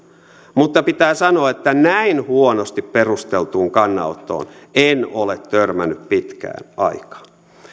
mutta pitää sanoa että näin huonosti perusteltuun kannanottoon en ole törmännyt pitkään aikaan